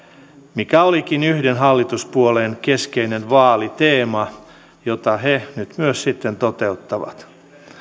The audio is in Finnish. mikä olikin yhden hallituspuolueen keskeinen vaaliteema jota he nyt myös sitten toteuttavat